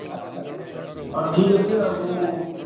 ଆଚ୍ଛା ଆଚ୍ଛା ହଉ ଠିକ୍ ଅଛି ଆଉ ମୁଁ